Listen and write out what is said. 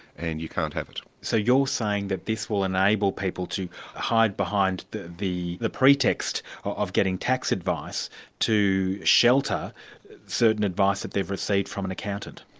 and you can't have it. so you're saying that this will enable people to hide behind the the pretext of getting tax advice to shelter certain advice that they've received from an accountant?